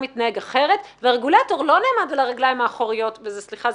מתנהג אחרת והרגולטור לא נעמד על הרגליים האחוריות וסליחה,